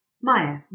Maya